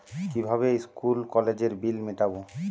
কিভাবে স্কুল কলেজের বিল মিটাব?